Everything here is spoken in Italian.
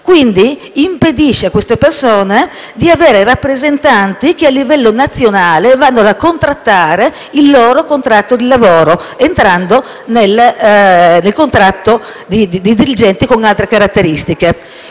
dirigenti, impedendo a queste persone di avere rappresentanti che, a livello nazionale, vadano a contrattare il loro contratto di lavoro, entrando nel contratto di dirigenti con altre caratteristiche.